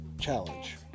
Challenge